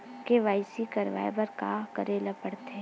KYC करवाय बर का का करे ल पड़थे?